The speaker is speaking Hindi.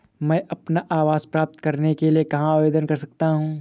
मैं अपना आवास प्राप्त करने के लिए कहाँ आवेदन कर सकता हूँ?